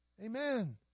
Amen